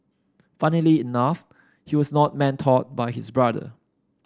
funnily enough he was not mentored by his brother